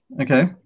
Okay